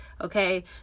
okay